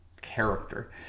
character